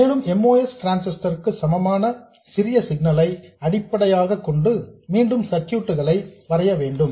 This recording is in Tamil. மேலும் MOS டிரான்சிஸ்டர் க்கு சமமான சிறிய சிக்னல் ஐ அடிப்படையாகக் கொண்டு மீண்டும் சர்க்யூட் களை வரைவேன்